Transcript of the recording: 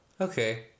Okay